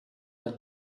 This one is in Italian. dal